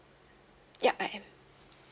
yup I am